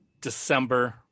December